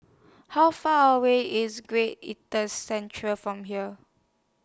How Far away IS Great Centre from here